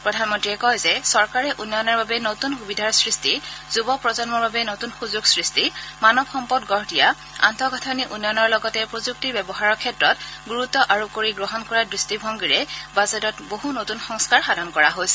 শ্ৰীমোডীয়ে কয় যে চৰকাৰে উন্নয়নৰ বাবে নতুন সুবিধাৰ সৃষ্টি যুৱ প্ৰজন্মৰ বাবে নতুন সূযোগ সৃষ্টি মানৱ সম্পদ গঢ় দিয়া আন্তঃগাঁথনি উন্নয়নৰ লগতে প্ৰযুক্তিৰ ব্যৱহাৰৰ ক্ষেত্ৰত গুৰুত্ব আৰোপ কৰি গ্ৰহণ কৰা দৃষ্টিভংগীৰে বাজেটত বহু নতুন সংস্কাৰ সাধন কৰা হৈছে